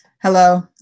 Hello